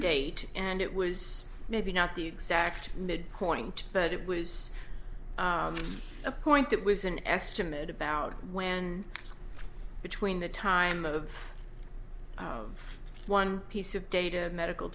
date and it was maybe not the exact midpoint but it was a point that was an estimate about when between the time of one piece of data medical